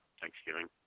Thanksgiving